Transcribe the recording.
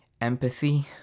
empathy